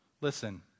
Listen